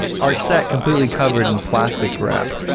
our set completely covered in plastic wrap.